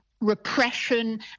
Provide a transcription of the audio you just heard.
repression